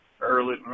Early